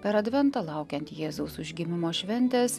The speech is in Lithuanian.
per adventą laukiant jėzaus užgimimo šventės